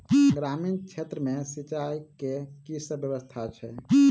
ग्रामीण क्षेत्र मे सिंचाई केँ की सब व्यवस्था छै?